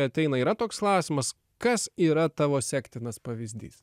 ateina yra toks klausimas kas yra tavo sektinas pavyzdys